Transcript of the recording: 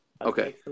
Okay